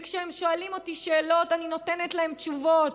וכשהם שואלים אותי שאלות אני נותנת להם תשובות,